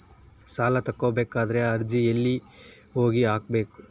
ಸಾಲ ತಗೋಬೇಕಾದ್ರೆ ಅರ್ಜಿ ಎಲ್ಲಿ ಹೋಗಿ ಹಾಕಬೇಕು?